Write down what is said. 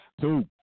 two